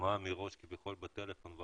הסכמה מראש כביכול בטלפון.